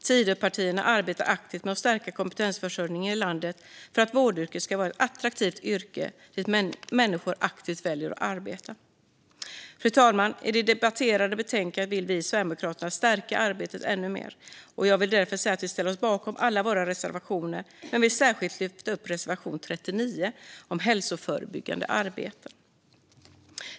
Tidöpartierna arbetar aktivt med att stärka kompetensförsörjningen i landet för att vårdyrket ska vara ett attraktivt yrke dit människor aktivt väljer att söka sig. Fru talman! I det betänkande vi nu debatterar vill vi i Sverigedemokraterna stärka arbetet ännu mer. Jag vill därför säga att vi ställer oss bakom alla våra reservationer, men jag vill särskilt yrka bifall till reservation 39 om hälsoförebyggande arbete.